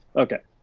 okay,